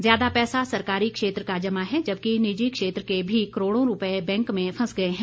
ज्यादा पैसा सरकारी क्षेत्र का जमा है जबकि निजी क्षेत्र के भी करोड़ों रूपए बैंक में फंस गए हैं